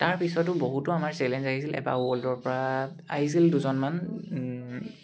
তাৰপিছতো বহুতো আমাৰ চেলেঞ্জ আহিছিল এবাৰ ৱৰ্ল্ডৰ পৰা আহিছিল দুজনমান